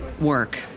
work